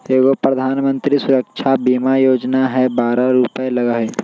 एगो प्रधानमंत्री सुरक्षा बीमा योजना है बारह रु लगहई?